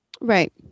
Right